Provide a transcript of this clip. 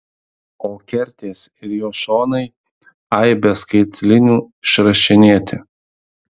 o kertės ir jo šonai aibe skaitlinių išrašinėti